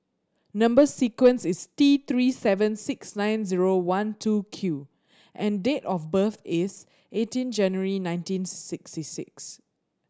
number sequence is T Three seven six nine zero one two Q and date of birth is eighteen January nineteen sixty six